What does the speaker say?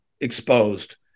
exposed